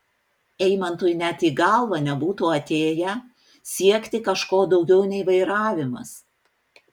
eimantui net į galvą nebūtų atėję siekti kažko daugiau nei vairavimas